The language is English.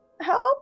Help